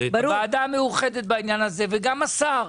הוועדה מאוחדת בעניין הזה, וגם השר.